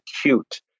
acute